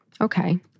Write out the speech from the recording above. Okay